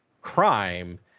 crime